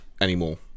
anymore